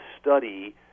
study